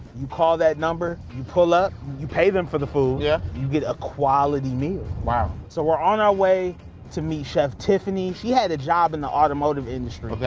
you call that number, you pull up, you pay them for the food. yeah. you get a quality meal. wow. so we're on out way to meet chef tiffiany. she had a job in the automotive industry.